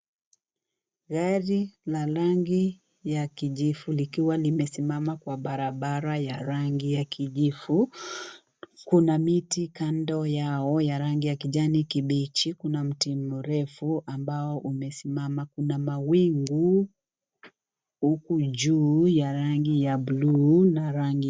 Gari la rangi ya kijivu likiwa limesimama kwa barabara ya rangi ya kijivu. Kuna miti kando yao, ya rangi ya kijani kibichi. Kuna mti mrefu ambao umesimama. Kuna mawingu huku juu ya rangi ya buluu na rangi.